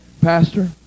Pastor